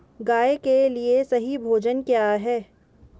गाय के लिए सही भोजन क्या है?